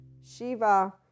Shiva